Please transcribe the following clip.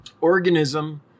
organism